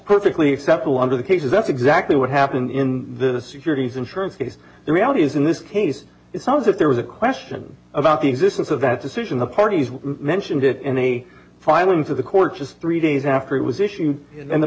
perfectly acceptable under the cases that's exactly what happened in the securities insurance case the reality is in this case it's not as if there was a question about the existence of that decision the parties mentioned it in a filing to the court just three days after it was issued and the